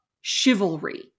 chivalry